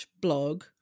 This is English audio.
blog